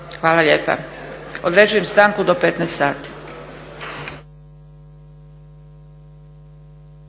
Hvala lijepa. Određujem stanku do 15,00 sati.